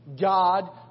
God